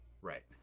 Right